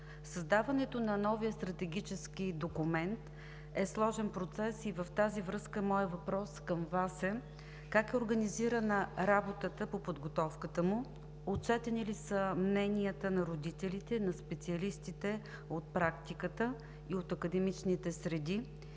Създаването на новия стратегически документ е сложен процес и в тази връзка моят въпрос към Вас е: как е организирана работата по подготовката му, отчетени ли са мненията на родителите, на специалистите от практиката и от академичните среди,